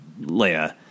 Leia